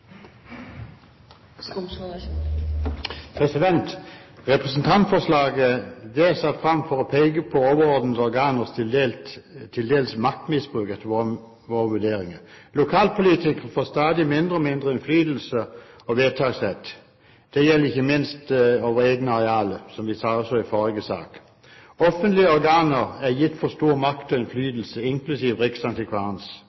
dels, etter våre vurderinger. Lokalpolitikere får stadig mindre innflytelse og vedtaksrett. Det gjelder ikke minst over egne arealer, som vi sa også i forrige sak. Offentlige organer er gitt for stor makt og